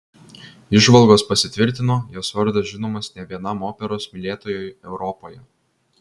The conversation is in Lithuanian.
įžvalgos pasitvirtino jos vardas žinomas ne vienam operos mylėtojui europoje